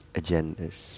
agendas